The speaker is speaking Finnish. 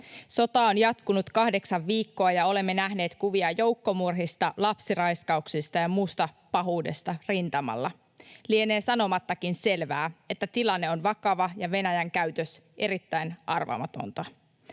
Sota on jatkunut kahdeksan viikkoa, ja olemme nähneet kuvia joukkomurhista, lapsenraiskauksista ja muusta pahuudesta rintamalla. Lienee sanomattakin selvää, että tilanne on vakava ja Venäjän käytös erittäin arvaamatonta.